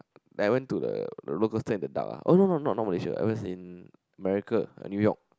that I went to the rollercoaster in the dark ah oh not not not Malaysia I was in America New-York